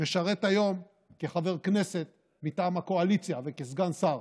משרת היום כחבר כנסת מטעם הקואליציה וכסגן שר,